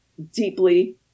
deeply